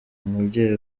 umubyeyi